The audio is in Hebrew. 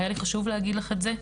היה לי חשוב להגיד לך את זה,